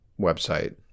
website